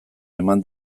eman